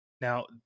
now